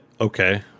okay